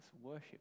worship